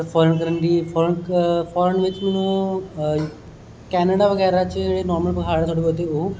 कन्ने foreign country कन्ने foreign बिच मैनू कैनेडा बगैरा च जेहडे़ नार्मल प्हाड़ ना थोह्डे़ बहूते ओह्